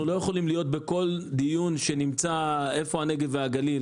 אנחנו לא יכולים להיות בכל דיון ולשאול איפה הנגב והגליל.